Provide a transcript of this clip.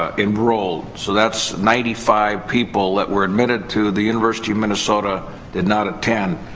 ah enrolled. so, that's ninety five people that were admitted to the university of minnesota did not attend.